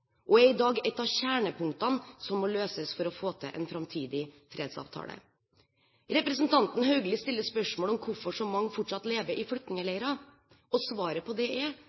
og er i dag et av kjernepunktene som må løses for å få til en framtidig fredsavtale. Representanten Haugli stiller spørsmål om hvorfor så mange fortsatt lever i flyktningleirer. Svaret på det er: